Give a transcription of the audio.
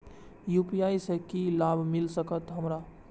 UPI से की लाभ मिल सकत हमरा?